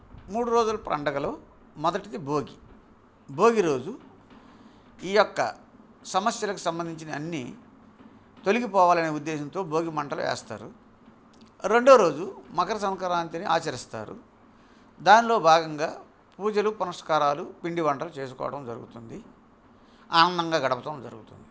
మూడు రోజుల పండుగలో మొదటిది భోగి భోగి రోజు ఈ యొక్క సమస్యలకు సంబంధించిన అన్నీ తొలగిపోవాలని ఉద్దేశంతో భోగి మంటలు వేస్తారు రెండవ రోజు మకర సంక్రాంతిని ఆచరిస్తారు దానిలో భాగంగా పూజలు పునస్కారాలు పిండివంటలు చేసుకోవడం జరుగుతుంది ఆనందంగా గడపడం జరుగుతుంది